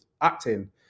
acting